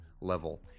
level